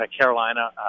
Carolina